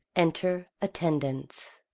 enter attendants.